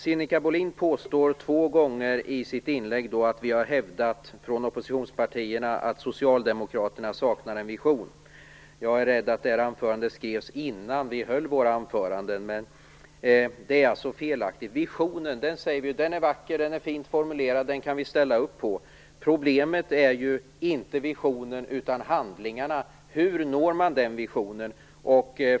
Sinikka Bohlin påstod två gånger i sitt inlägg att vi från oppositionspartierna hävdar att Socialdemokraterna saknar en vision. Jag är rädd att anförandet skrevs innan vi höll våra anföranden. Det är nämligen fel. Visionen är vacker, fint formulerad, och den kan vi alla ställa upp på. Problemet är inte visionen utan handlingarna. Hur når man upp till visionen?